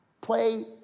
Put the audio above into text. play